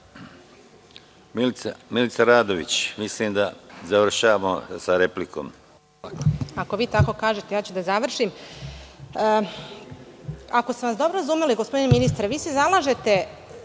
Milica Radović, pa da završavamo sa replikom.